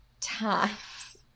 times